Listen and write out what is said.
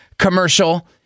Commercial